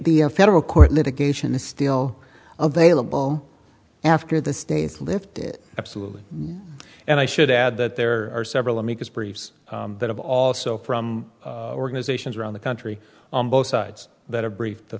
the federal court litigation is still available after the states lifted it absolutely and i should add that there are several amicus briefs that have also from organizations around the country on both sides that are briefed the